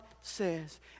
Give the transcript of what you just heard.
says